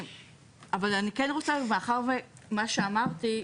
מאחר ומה שאמרתי,